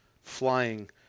flying